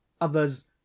others